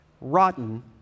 rotten